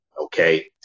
okay